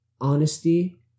honesty